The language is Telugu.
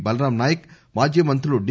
బలరామ్ నాయక్ మాజీ మంత్రులు డి